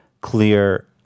clear